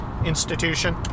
institution